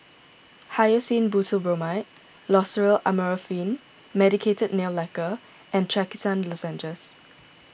Hyoscine Butylbromide Loceryl Amorolfine Medicated Nail Lacquer and Trachisan Lozenges